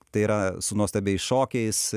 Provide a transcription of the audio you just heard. tai yra su nuostabiais šokiais